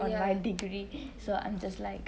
ya